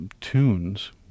tunes